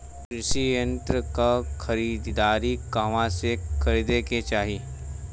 कृषि यंत्र क खरीदारी कहवा से खरीदे के चाही?